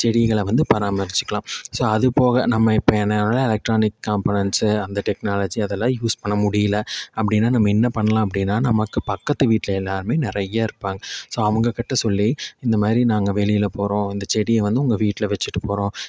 செடிகளை வந்து பராமரித்துக்கலாம் ஸோ அது போக நம்ம இப்போ என்னலாம் எலக்ட்ரானிக் காம்ப்பொனன்ட்ஸ் அந்த டெக்னாலஜி அதெல்லாம் யூஸ் பண்ண முடியலை அப்படின்னா நம்ம என்ன பண்ணலாம் அப்படின்னா நமக்கு பக்கத்து வீட்டில் எல்லாரும் நிறையா இருப்பாங்க ஸோ அவங்ககிட்ட சொல்லி இந்த மாதிரி நாங்க வெளியில் போகிறோம் இந்த செடியை வந்து உங்க வீட்டில் வச்சுட்டு போகிறோம்